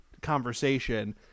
conversation